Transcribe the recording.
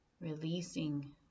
releasing